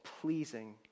pleasing